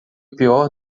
pior